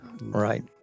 Right